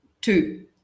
two